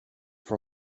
for